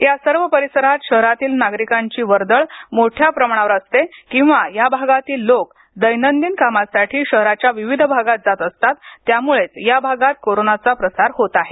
या सर्व परिसरात शहरातील नागरिकांची वर्दळ मोठ्या प्रमाणावर असते किंवा या भागातील लोक दैनंदिन कामासाठी शहराच्या विविध भागात जात असतात त्यामुळंच या भागात कोरोनाचा प्रसार होत आहे